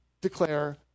declare